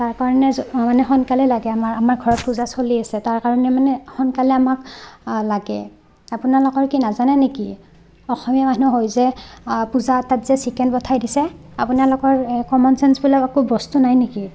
তাৰ কাৰণে জ মানে সোনকালে লাগে আমাৰ আমাৰ ঘৰত পূজা চলি আছে তাৰ কাৰণে মানে সোনকালে আমাক লাগে আপোনালোকৰ কি নাজানে নেকি অসমীয়া মানুহ হৈ যে পূজা এটাত যে চিকেন পঠাই দিছে আপোনলোকৰ এই কমন ছেন্স বোলা একো বস্তু নাই নেকি